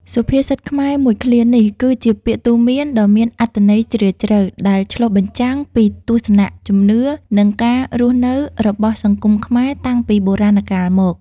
សុភាសិតខ្មែរមួយឃ្លានេះ គឺជាពាក្យទូន្មានដ៏មានអត្ថន័យជ្រាលជ្រៅ ដែលឆ្លុះបញ្ចាំងពីទស្សនៈ ជំនឿ និងការរស់នៅរបស់សង្គមខ្មែរតាំងពីបុរាណកាលមក។